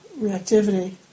reactivity